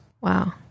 Wow